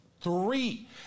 Three